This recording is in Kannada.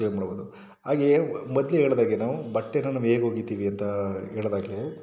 ಸೇವ್ ಮಾಡಬಹುದು ಹಾಗೆ ಮೊದಲೇ ಹೇಳಿದಾಗೆ ನಾವು ಬಟ್ಟೆನ ನಾವು ಹೇಗೆ ಒಗಿತೀವಿ ಅಂತ ಹೇಳಿದಾಗೆ